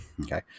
okay